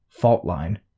Faultline